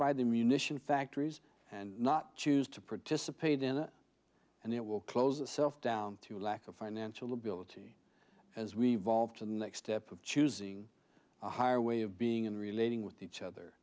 by the munition factories and not choose to participate in it and it will close the self down to a lack of financial ability as we've all to the next step of choosing a higher way of being in relating with each other